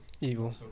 evil